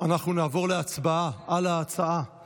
אנחנו נעבור להצבעה על ההצעה,